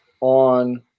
on